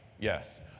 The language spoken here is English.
Yes